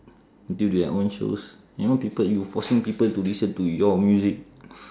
do their own shows you know people you forcing people to listen to your music